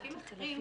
ובסעיפים אחרים,